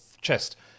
chest